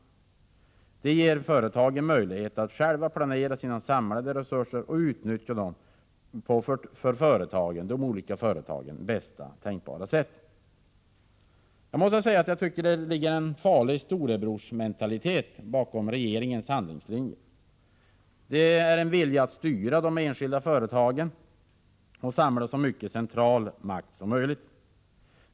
Det ger Nr 139 företagen möjligheter att själva planera sina samlade resurser och utnyttja dem på för företaget bästa tänkbara sätt. Onsdagen den : E ES ; 8 maj 1985 Herr talman! Det ligger en farlig Storebrorsmentalitet bakom regeringens handlingslinje. Där finns en vilja att styra de enskilda företagen och samla så Tekopolitiken mycket central makt som möjligt.